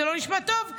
זה לא נשמע טוב,